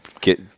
get